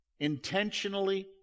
intentionally